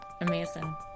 Amazing